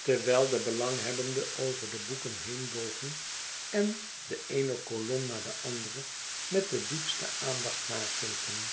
terwijl de belanghebbenden over de boeken heen bogen en de eene kolom na de andere met de diepste aandacht nakeken